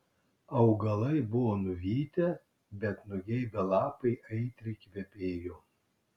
augalai buvo nuvytę bet nugeibę lapai aitriai kvepėjo